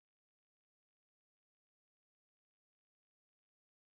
why is this fellas the hand oh ya you gonna shoot right